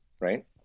right